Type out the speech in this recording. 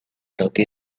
roti